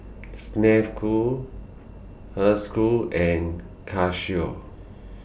Snek Ku Herschel and Casio